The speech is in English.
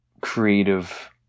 creative